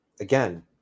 again